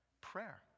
prayer